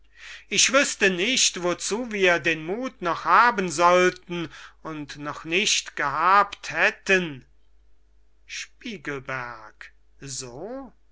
ich wüßte nicht wozu wir den muth noch haben sollten und noch nicht gehabt hätten spiegelberg so